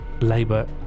Labour